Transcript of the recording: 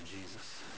Jesus